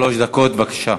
שלוש דקות, בבקשה.